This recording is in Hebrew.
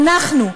אנחנו,